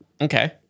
Okay